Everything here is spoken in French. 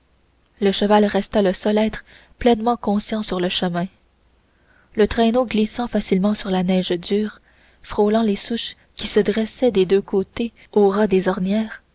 le cheval resta le seul être pleinement conscient sur le chemin le traîneau glissait facilement sur la neige dure frôlant les souches qui se dressaient des deux côtés au ras des ornières